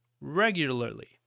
regularly